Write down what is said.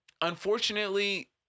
unfortunately